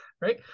right